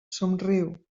somriu